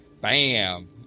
Bam